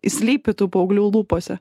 slypi tų paauglių lūpose